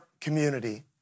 community